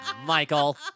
Michael